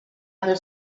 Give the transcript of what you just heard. other